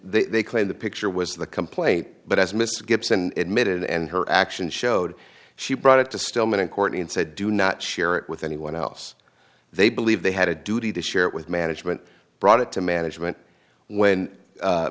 and they claim the picture was the complaint but as mrs gibson admitted and her actions showed she brought it to stillman and courtney and said do not share it with anyone else they believe they had a duty to share it with management brought it to management when